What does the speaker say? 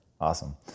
awesome